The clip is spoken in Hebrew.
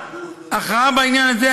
הכרעה בעניין הזה,